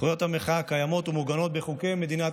זכויות המחאה קיימות ומעוגנות בחוקי מדינת